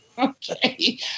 Okay